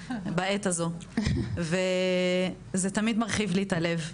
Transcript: בעת הזו וזה תמיד מרחיב לי את הלב,